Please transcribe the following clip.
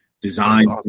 design